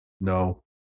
No